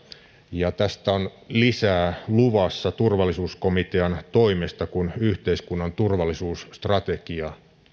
tästä on luvassa lisää turvallisuuskomitean toimesta kun yhteiskunnan turvallisuusstrategia